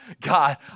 God